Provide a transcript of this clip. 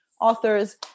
authors